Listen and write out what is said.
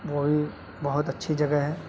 وہ بھی بہت اچھی جگہ ہے